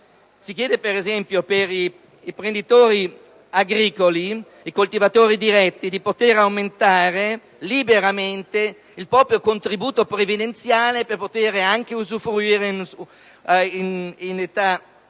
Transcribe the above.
Si chiede per esempio per i coltivatori agricoli diretti di poter aumentare liberamente il proprio contributo previdenziale per poter usufruire in età